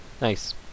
Nice